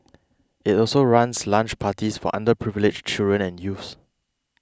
it also runs lunch parties for underprivileged children and youth